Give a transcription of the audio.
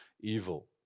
evil